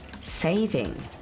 saving